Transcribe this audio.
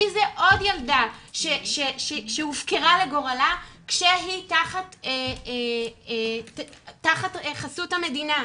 כי זה עוד ילדה שהופקרה לגורלה כשהיא תחת חסות המדינה.